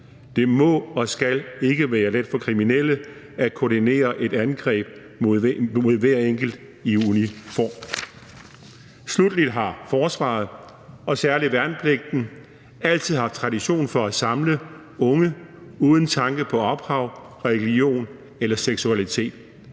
Det må og skal ikke være let for kriminelle at koordinere et angreb mod hver enkelt i uniform. Sluttelig har forsvaret og særlig værnepligten altid haft tradition for at samle unge uden tanke på ophav, religion eller seksualitet.